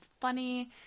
funny